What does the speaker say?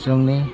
जोंनि